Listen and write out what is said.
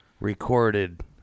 recorded